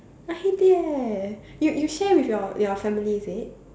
I hate it eh you you share with your your family is it